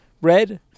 red